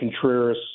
Contreras